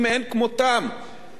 לכלכלת ישראל,